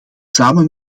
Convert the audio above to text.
samen